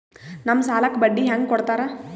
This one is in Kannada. ನಮ್ ಸಾಲಕ್ ಬಡ್ಡಿ ಹ್ಯಾಂಗ ಕೊಡ್ತಾರ?